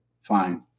Fine